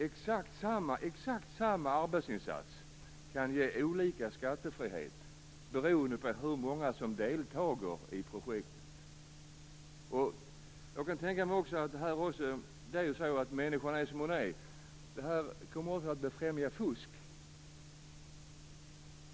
Exakt samma arbetsinsats kan ge olika skattefrihet beroende på hur många som deltar i projektet. Människan är ju som hon är, och det här kommer att befrämja fusk.